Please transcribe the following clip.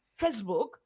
facebook